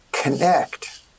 connect